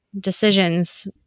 decisions